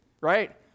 right